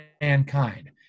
mankind